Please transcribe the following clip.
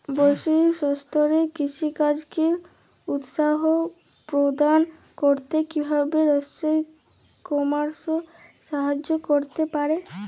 বৈষয়িক স্তরে কৃষিকাজকে উৎসাহ প্রদান করতে কিভাবে ই কমার্স সাহায্য করতে পারে?